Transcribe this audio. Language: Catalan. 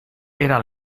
era